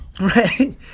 Right